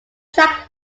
track